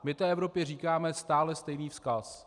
My té Evropě říkáme stále stejný vzkaz.